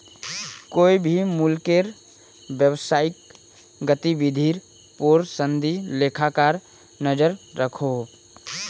कोए भी मुल्केर व्यवसायिक गतिविधिर पोर संदी लेखाकार नज़र रखोह